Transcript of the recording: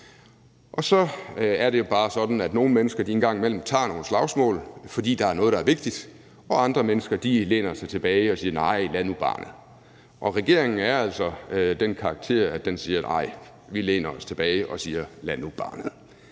Og så er det jo bare sådan, at nogle mennesker en gang imellem tager nogle slagsmål, fordi der er noget, der er vigtigt, og andre mennesker læner sig tilbage og siger: Nej, lad nu barnet. Og regeringen er altså af den karakter, at den læner sig tilbage og siger: Lad nu barnet.